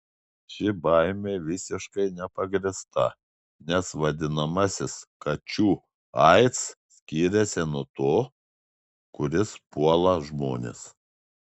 ši baimė visiškai nepagrįsta nes vadinamasis kačių aids skiriasi nuo to kuris puola žmones